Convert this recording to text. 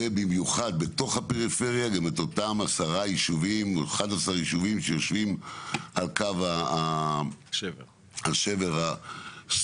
ובמיוחד אותם עשרה או 11 יישובים שיושבים על קו השבר הסורי-אפריקני,